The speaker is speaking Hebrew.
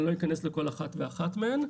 אני לא אכנס לכל אחת ואחת מהן.